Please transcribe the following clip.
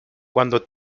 cuando